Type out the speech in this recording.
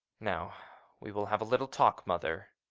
now we will have a little talk, mother